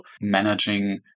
managing